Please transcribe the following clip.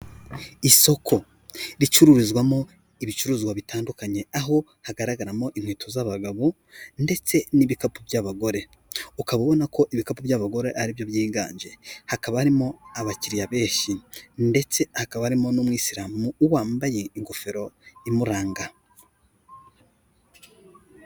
Isoko ricururizwamo ibicuruzwa bitandukanye aho hagaragaramo inkweto z'abagabo ndetse n'ibikapu by'abagore, ukaba ubona ko ibikapu by'abagore aribyo byiganje, hakaba harimo abakiriya benshi ndetse hakaba harimo n'umuyisilamu wambaye ingofero imuranga.